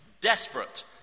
desperate